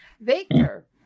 Victor